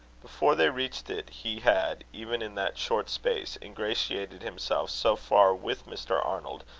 before they reached it he had, even in that short space, ingratiated himself so far with mr. arnold,